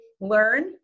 learn